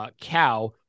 cow